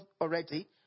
already